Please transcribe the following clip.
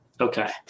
Okay